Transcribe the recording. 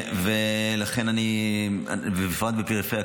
ובפרט בפריפריה,